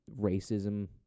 racism